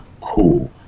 cool